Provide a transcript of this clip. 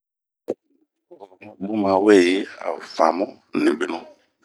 Oh bun ma weyi ao famu nibinu.